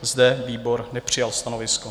Zde výbor nepřijal stanovisko.